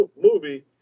movie